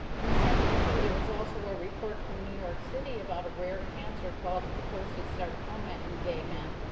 in the same issue there was also a report from new york city about a rare cancer called kaposi's sarcoma in gay men.